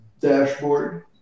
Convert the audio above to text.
dashboard